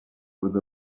with